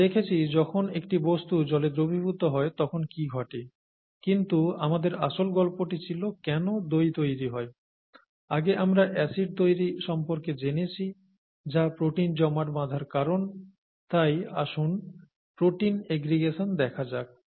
আমরা দেখেছি যখন একটি বস্তু জলে দ্রবীভূত হয় তখন কি ঘটে কিন্তু আমাদের আসল গল্পটি ছিল কেন দই তৈরি হয় আগে আমরা অ্যাসিড তৈরি সম্পর্কে জেনেছি যা প্রোটিন জমাট বাঁধার কারণ তাই আসুন প্রোটিন এগ্রিগেশন দেখা যাক